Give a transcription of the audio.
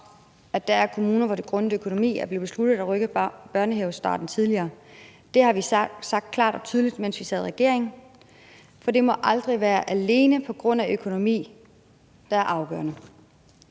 at der er kommuner, hvor det grundet økonomi er blevet besluttet at rykke børnehavestarten, så den blev tidligere. Der har vi sagt klart og tydeligt, mens vi sad i regering, at det aldrig må være økonomien, der er det afgørende,